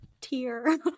tier